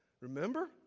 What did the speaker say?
Remember